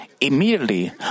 immediately